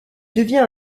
devient